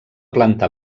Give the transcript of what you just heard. planta